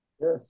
Yes